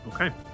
Okay